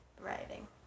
writing